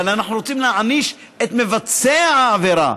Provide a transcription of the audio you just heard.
אבל אנחנו רוצים להעניש את מבצע העבירה,